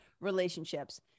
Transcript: relationships